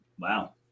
Wow